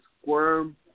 squirm